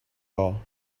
all